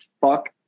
fuck